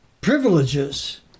privileges